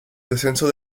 descenso